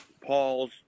Paul's –